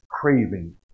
craving